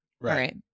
right